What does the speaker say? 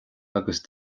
agus